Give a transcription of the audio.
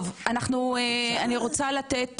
טוב, אני רוצה לתת